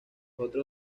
otros